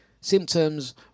Symptoms